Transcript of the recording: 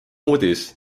uudis